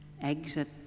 exit